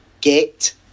get